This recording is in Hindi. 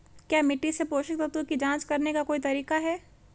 क्या मिट्टी से पोषक तत्व की जांच करने का कोई तरीका है?